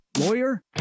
Lawyer